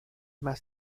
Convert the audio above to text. más